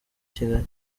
kigali